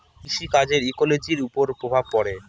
কৃষি কাজের ইকোলোজির ওপর প্রভাব পড়ে